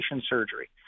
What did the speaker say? surgery